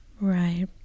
right